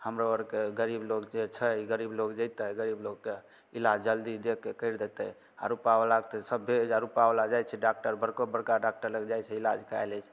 हमरो आरके गरीब लोग जे छै गरीब लोग जेतै गरीब लोगके इलाज जल्दी देखके करि देतै आ रूपा बलाके तऽ सभे रूपा बला तऽ जाइ छै डाक्टर बड़का बड़का डाक्टर लग जाइ छै इलाज करा लै छै